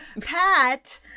Pat